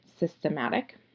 systematic